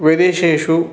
विदेशेषु